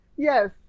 Yes